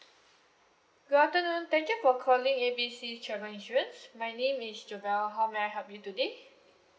good afternoon thank you for calling A B C travel insurance my name is jovelle how may I help you today